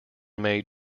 made